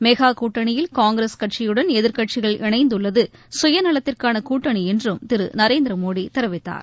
மெகாகூட்டணியில் காங்கிரஸ் கட்சியுடன் எதிர்க்கட்சிகள் இணைந்துள்ளதுசுயநலத்திற்கானகூட்டணிஎன்றும் திருநரேந்திரமோடிதெரிவித்தார்